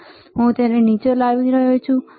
હવે હું તેને નીચે લાવી રહ્યો છું